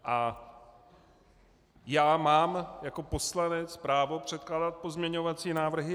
A já mám jako poslanec právo předkládat pozměňovací návrhy.